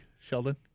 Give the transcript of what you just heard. Sheldon